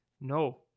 No